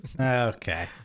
okay